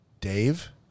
Dave